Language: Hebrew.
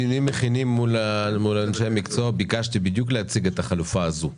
בדיונים מכינים מול אנשי המקצוע ביקשתי להציג את החלופה הזו בדיוק.